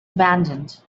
abandoned